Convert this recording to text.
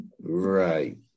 Right